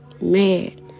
Mad